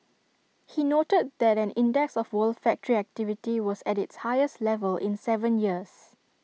he noted that an index of world factory activity was at its highest level in Seven years